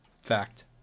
Fact